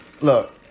Look